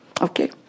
Okay